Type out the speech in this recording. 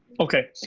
okay.